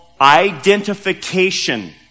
identification